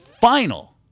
final